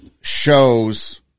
shows